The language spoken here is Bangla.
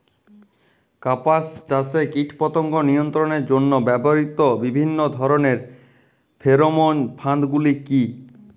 কাপাস চাষে কীটপতঙ্গ নিয়ন্ত্রণের জন্য ব্যবহৃত বিভিন্ন ধরণের ফেরোমোন ফাঁদ গুলি কী?